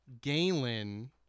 galen